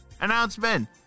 announcement